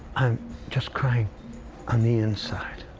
i'm just crying on the inside.